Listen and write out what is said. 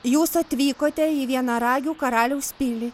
jūs atvykote į vienaragių karaliaus pilį